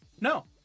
No